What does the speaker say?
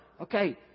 okay